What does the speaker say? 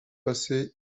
passées